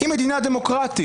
היא מדינה דמוקרטית.